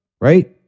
right